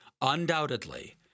Undoubtedly